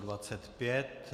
25.